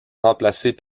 remplacées